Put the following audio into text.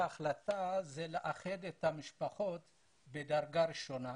ההחלטה היא לאחד את המשפחות בדרגה ראשונה.